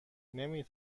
نمی